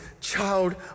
child